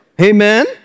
Amen